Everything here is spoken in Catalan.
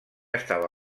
estava